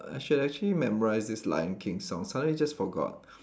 I should actually memorise this lion king song suddenly just forgot